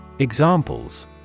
Examples